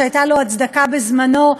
שהייתה לו הצדקה בזמנו,